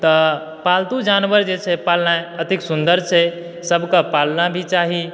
तऽ पालतू जानवर जे छै पालनाइ एतेक सुन्दर छै सबकऽ पालना भी चाही